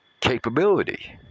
capability